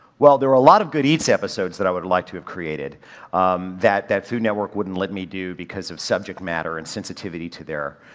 well there are a lot of good eats episodes that i would have liked to have created that, that food network wouldn't let me do because of subject matter and sensitivity to their,